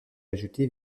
ajoutées